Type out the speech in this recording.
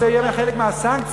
זה יהיה חלק מהסנקציות,